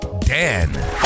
Dan